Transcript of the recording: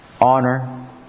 honor